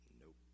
nope